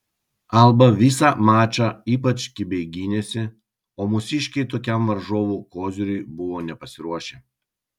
alba visą mačą ypač kibiai gynėsi o mūsiškiai tokiam varžovų koziriui buvo nepasiruošę